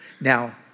now